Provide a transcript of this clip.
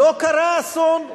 לא קרה אסון,